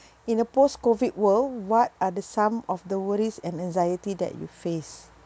in a post COVID world what are the some of the worries and anxiety that you face